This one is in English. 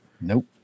nope